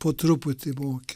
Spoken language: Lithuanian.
po truputį moki